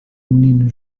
menino